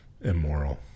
immoral